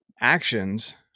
actions